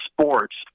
sports